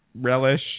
relish